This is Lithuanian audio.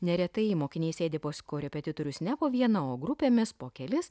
neretai mokiniai sėdi pas korepetitorius ne po vieną o grupėmis po kelis